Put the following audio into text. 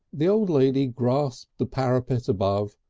the old lady grasped the parapet above,